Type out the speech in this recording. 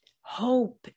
hope